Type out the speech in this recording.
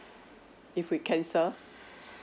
if we cancel